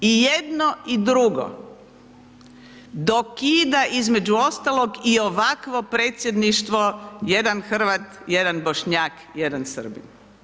I jedno i drugo dokida između ostalog i ovakvo Predsjedništvo, jedan Hrvat, jedan Bošnjak, jedan Srbin.